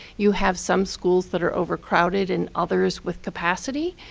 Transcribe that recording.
you have some schools that are overcrowded and others with capacity.